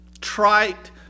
trite